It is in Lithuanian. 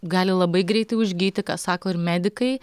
gali labai greitai užgyti ką sako ir medikai